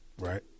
right